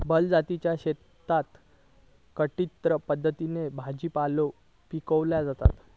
बलजीतच्या शेतात कंत्राटी पद्धतीन भाजीपालो पिकवलो जाता